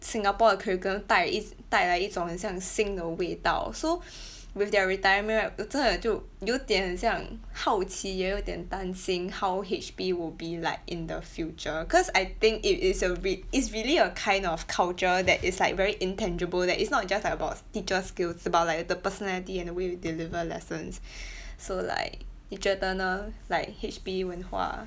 Singapore 的 curriculum 带一带来一种很像新的味道 so with their retirement right 真的就有点很像好奇也有点担心 how H P will be like in the future cause I think it is a re~ it's really a kind of culture that is like very intangible that it's not just about s~ teacher skills but like the personality and the way we deliver lessons so like teacher Turner like H_P 文化